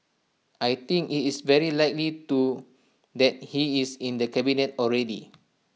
I think IT is very likely to that he is in the cabinet already